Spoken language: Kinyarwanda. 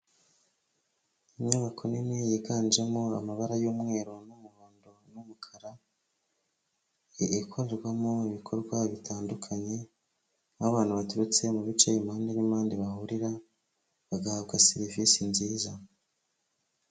Inyubako nini yiganjemo amabara y'umweru n'umuhondo n'umukara ikoremo ibikorwa bitandukanye aho abantu baturutse mu bice impande n'impande bahurira bagahabwa serivisi nziza.